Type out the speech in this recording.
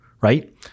right